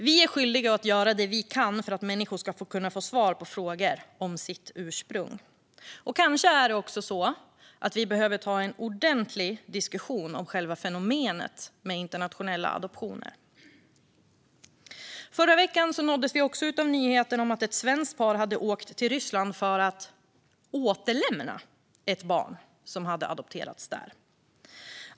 Vi är skyldiga att göra det vi kan för att människor ska kunna få svar på frågor om sitt ursprung. Kanske behöver vi också ha en riktigt ordentlig diskussion om själva fenomenet med internationella adoptioner. Förra veckan nåddes vi av nyheten om att ett svenskt par hade åkt till Ryssland för att återlämna ett barn som adopterats där.